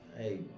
Hey